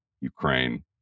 Ukraine